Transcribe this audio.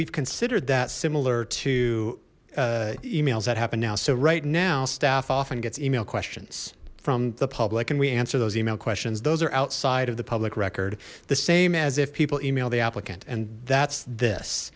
we've considered that similar to emails that happen now so right now staff often gets email questions from the public and we answer those email questions those are outside of the public record the same as if people email the applicant and that's this